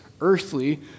earthly